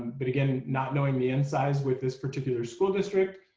but again not knowing the in-size with this particular school district.